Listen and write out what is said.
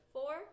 Four